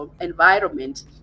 environment